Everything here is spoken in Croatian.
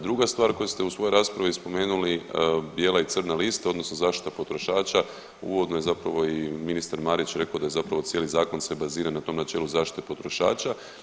Druga stvar koju ste u svojoj raspravi spomenuli bijela i crna lista odnosno zaštita potrošača uvodno je zapravo i ministar Marić rekao da zapravo cijeli zakon se bazira na tom načelu zaštite potrošača.